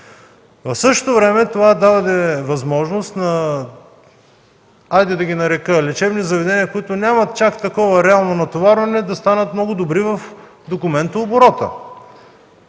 В същото време това даде възможност, хайде да ги нарека, лечебни заведения, които нямат чак такова реално натоварване, да станат много добри в документооборота,